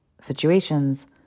situations